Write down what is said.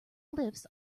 glyphs